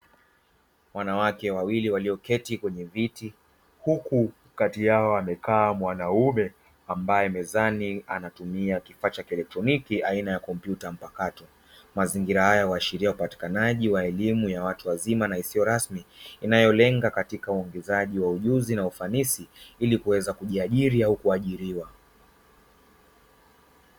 Wanawake wawili walioketi kwenye viti huku kati yao amekaa mwanaume ambaye mezani anatumia kifaa cha kielektroniki aina ya kompyuta mpakato; mazingira haya huashiria upatikanaji wa elimu ya watu wazima na isiyo rasmi inayolenga katika uongezaji wa ujuzi na ufanisi ili kuweza kujiajiri au kuajiriwa.